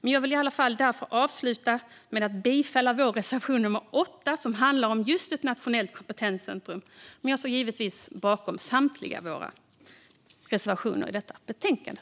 Jag vill avsluta med att yrka bifall till vår reservation, nummer 8, som handlar om just ett nationellt kompetenscentrum. Men jag står givetvis bakom våra samtliga reservationer i detta betänkande.